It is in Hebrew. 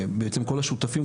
בעצם כל השותפים,